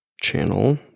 Channel